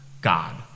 God